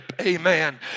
Amen